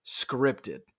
scripted